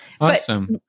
awesome